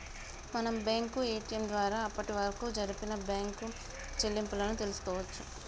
మనం bank ATM ద్వారా అప్పటివరకు జరిపిన బ్యేంకు చెల్లింపులను తెల్సుకోవచ్చు